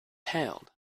hailed